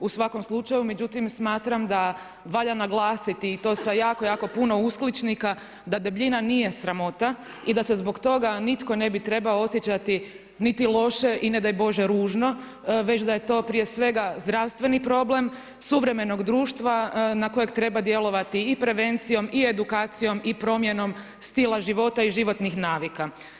U svakom slučaju, međutim smatram da valja naglasiti i to sa jako, jako puno uskličnika da debljina nije sramota i da se zbog toga nitko ne bi trebao osjećati niti loše i ne daj Bože ružno već da je to prije svega zdravstveni problem suvremenog društva na kojeg treba djelovati i prevencijom i edukacijom i promjenom stila života i životnih navika.